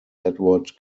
edward